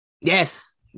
yes